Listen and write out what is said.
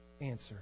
answer